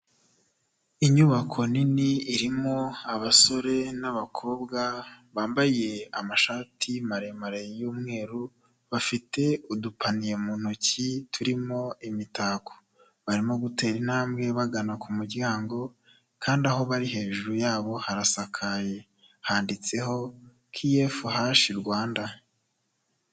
Inyubako nini irimo abasore n'abakobwa bambaye amashati maremare y'umweru, bafite udupaniye mu ntoki turimo imitako, barimo gutera intambwe bagana ku muryango kandi aho bari hejuru yabo harasakaye handitseho kiyefu hashi Rwanda.